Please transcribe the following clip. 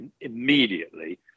immediately